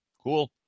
cool